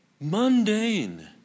mundane